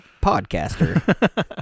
podcaster